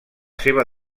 seva